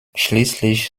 schließlich